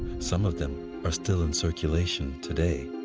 some of them are still in circulation today.